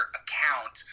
account